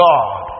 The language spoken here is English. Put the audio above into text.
God